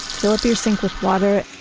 fill up your sink with water